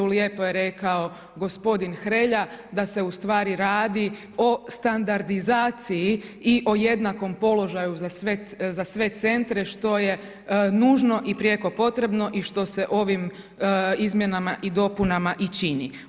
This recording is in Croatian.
Lijepo je rekao gospodin Hrelja da se ustvari radi o standardizaciji i o jednakom položaju za sve centre što je nužno i prijeko potrebno i što se ovim izmjenama i dopunama čini.